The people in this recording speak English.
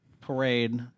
parade